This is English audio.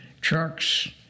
trucks